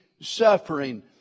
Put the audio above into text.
suffering